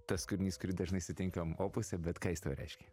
tas kūrinys kurį dažnai sutinkam opuse bet ką jis tau reiškia